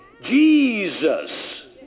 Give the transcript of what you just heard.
Jesus